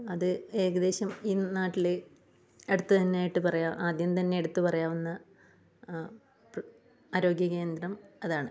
അത് ഏകദേശം ഈ നാട്ടിലെ അടുത്തു തന്നെ ആയിട്ട് പറയാം ആദ്യം തന്നെ എടുത്തു പറയാവുന്ന ആരോഗ്യ കേന്ദ്രം അതാണ്